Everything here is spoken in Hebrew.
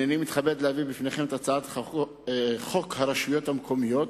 הנני מתכבד להביא בפניכם את הצעת חוק הרשויות המקומיות